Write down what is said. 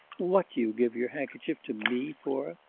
what do you give your handkerchief to me for?